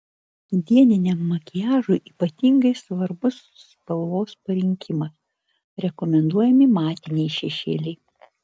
dieniniam makiažui ypatingai svarbus spalvos parinkimas rekomenduojami matiniai šešėliai